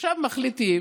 עכשיו מחליטים